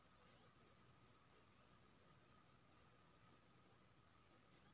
गहुँमक सोहारी कार्बोहाइड्रेट केर नीक स्रोत मानल जाइ छै